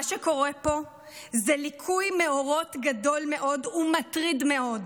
מה שקורה פה זה ליקוי מאורות גדול מאוד ומטריד מאוד.